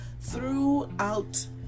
throughout